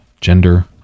gender